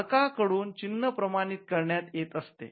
मालका कडून चिन्ह प्रमाणित करण्यात येत असते